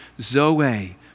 zoe